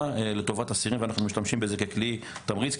לטובת אסירים ואנחנו משתמשים בזה ככלי תמריץ,